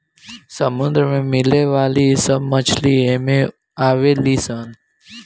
समुंदर में मिले वाली सब मछली एमे आवे ली सन